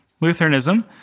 Lutheranism